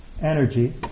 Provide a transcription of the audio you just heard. energy